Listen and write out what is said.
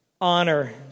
honor